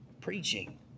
Preaching